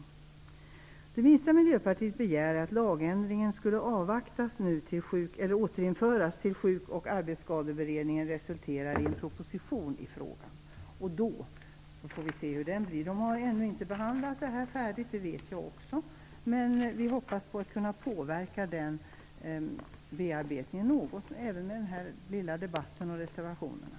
Det minsta Miljöpartiet begär är att lagändringen återställs tills Sjuk och arbetsskadekommitténs arbete resulterar i en proposition i frågan och vi får se hur den blir. Jag vet att kommittén ännu inte har behandlat det här färdigt, men vi hoppas kunna påverka behandlingen något med den här lilla debatten och med reservationerna.